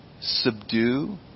subdue